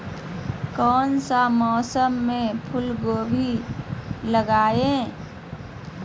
कौन सा मौसम में फूलगोभी लगाए?